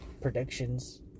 predictions